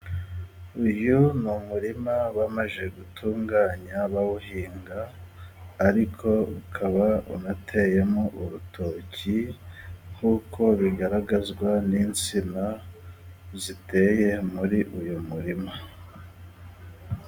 Uyu ni umurima bamaze gutunganya bawuhinga, ariko ukaba unateyemo urutoki nk'uko bigaragazwa n'insina ziteye muri uyu murima.